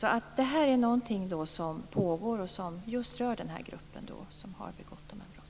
Detta är någonting som pågår och som just rör den grupp som har begått dessa brott.